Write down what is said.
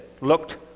looked